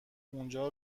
اونجا